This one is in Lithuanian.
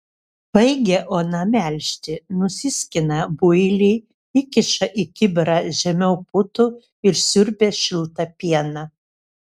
baigia ona melžti nusiskina builį įkiša į kibirą žemiau putų ir siurbia šiltą pieną